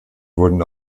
wurden